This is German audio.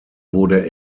wurde